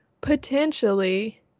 potentially